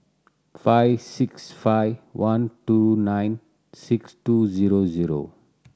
five six five one two nine six two zero zero